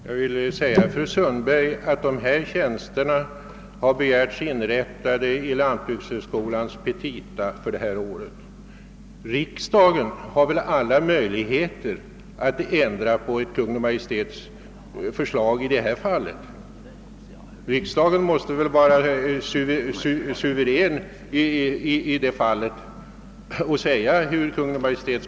Herr talman! Jag vill säga fru Sundperg att dessa tjänster begärts och upptagits i lantbrukshögskolans petita för detta år. Riksdagen har väl i detta fall alla möjligheter att ändra på Kungl. Maj:ts förslag ooch låta lantbrukshögskolan ledigförklara dessa tjänster.